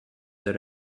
that